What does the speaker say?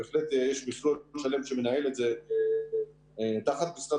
בהחלט יש מכלול שלם שמנהל את זה תחת משרד